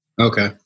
okay